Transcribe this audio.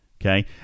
okay